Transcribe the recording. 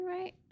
right